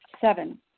Seven